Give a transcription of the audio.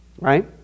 right